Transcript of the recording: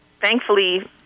thankfully